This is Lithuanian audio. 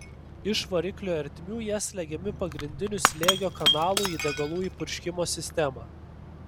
iš variklio ertmių jie slegiami pagrindiniu slėgio kanalu į degalų įpurškimo sistemą